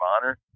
Honor